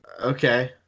okay